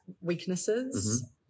weaknesses